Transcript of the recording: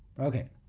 ok,